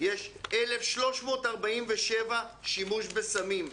יש 1,347 שימוש בסמים.